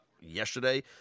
yesterday